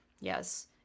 yes